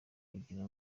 kugira